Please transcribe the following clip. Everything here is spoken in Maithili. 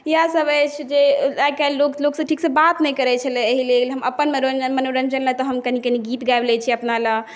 इएह सब अछि जे आइ काल्हि लोकसँ ठीकसँ बात नहि करै छलै एहिलेल हम अपन मनोरञ्जनमे तऽ हम कनि कनि गीत गाबि लै छी अपनालए